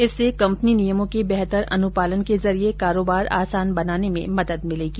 इससे कंपनी नियमों के बेहतर अनुपालन के जरिए कारोबार आसान बनाने में मदद मिलेगी